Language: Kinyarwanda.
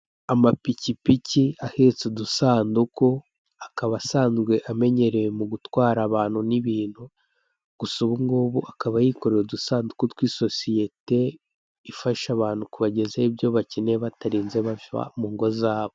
Apapikipiki ahetse udusanduku, akaba asanzwe amenyerewe mu gutwara abantu na ibintu, gusa ubungubu akaba yikoreye udusanduku tw'isosiyete ifasha abantu kubagezaho ibyo bakeneye batarinze buva mungo zabo.